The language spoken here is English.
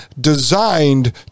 designed